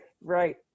right